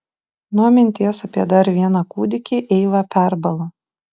nuo minties apie dar vieną kūdikį eiva perbalo